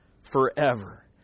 forever